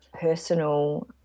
personal